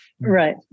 Right